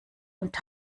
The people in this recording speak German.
und